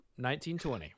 1920